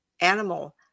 animal